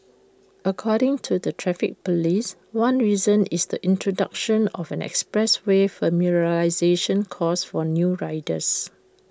according to the traffic Police one reason is the introduction of an expressway familiarisation course for new riders